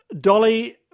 Dolly